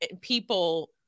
people